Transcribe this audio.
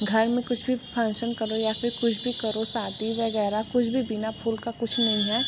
घर में कुछ भी फंशन करो या फिर कुछ भी करो शादी वगैरह कुछ बिना फूल का कुछ नहीं है